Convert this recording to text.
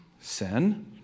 sin